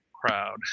crowd